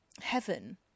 heaven